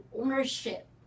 ownership